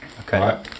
Okay